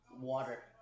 Water